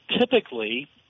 Typically